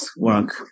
work